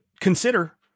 consider